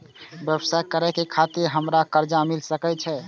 व्यवसाय करे खातिर हमरा कर्जा मिल सके छे?